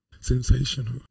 Sensational